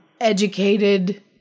educated